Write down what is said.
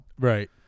Right